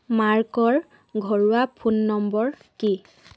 মাৰ্কৰ ঘৰুৱা phone number কি